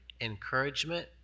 encouragement